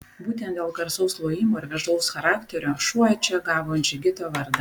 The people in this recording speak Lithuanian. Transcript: būtent dėl garsaus lojimo ir veržlaus charakterio šuo čia gavo džigito vardą